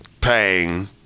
pain